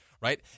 right